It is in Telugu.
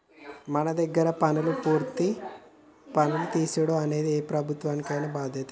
మన దగ్గర పన్నులు పూర్తిగా వసులు తీసుడు అనేది ఏ ప్రభుత్వానికైన బాధ్యతే